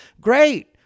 Great